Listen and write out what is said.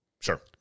Sure